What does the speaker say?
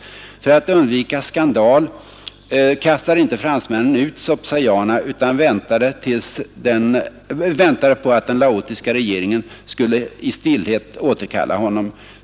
För att undvika skandal kastade inte fransmännen ut Sopsaysana utan väntade på att den laotiska regeringen skulle i stillhet återkalla honom.